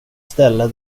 ställe